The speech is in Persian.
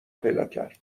پیداکرد